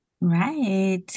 Right